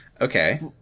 Okay